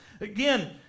Again